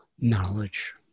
knowledge